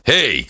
Hey